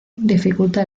dificulta